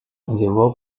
llevó